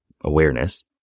awareness